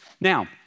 Now